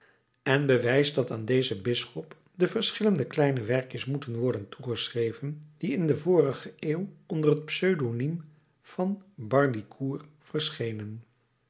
en bewijst dat aan dezen bisschop de verschillende kleine werkjes moeten worden toegeschreven die in de vorige eeuw onder het pseudonym van barleycourt verschenen